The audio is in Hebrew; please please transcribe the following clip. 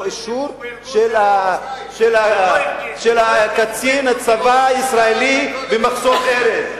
אישור של קצין הצבא הישראלי במחסום ארז.